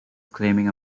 claiming